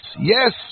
yes